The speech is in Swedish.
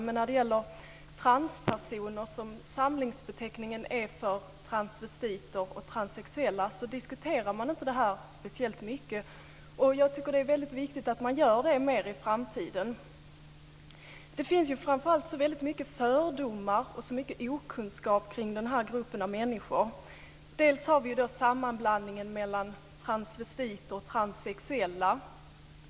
Men transpersoner - som samlingsbeteckningen är för transvestiter och transsexuella - diskuteras inte speciellt mycket. Jag tycker att det är viktigt att man gör det mer i framtiden. Det finns framför allt väldigt mycket fördomar och okunskap kring den här gruppen av människor. Dels har vi sammanblandningen av transvestiter och transsexuella.